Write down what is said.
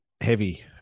heavy